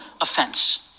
offense